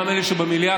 גם אלה שבמליאה,